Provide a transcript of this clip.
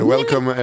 Welcome